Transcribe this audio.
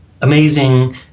amazing